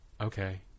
okay